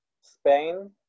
Spain